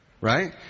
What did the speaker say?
right